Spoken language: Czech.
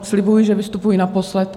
Slibuji, že vystupuji naposled.